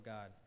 God